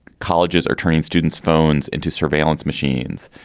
colleges are turning students phones into surveillance machines.